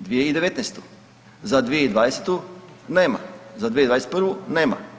2019., za 2020. nema, za 2021. nema.